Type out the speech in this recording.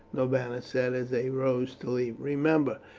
norbanus said as they rose to leave. remember,